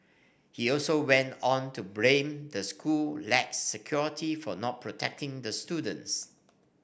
he also went on to blame the school lax security for not protecting the students